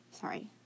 Sorry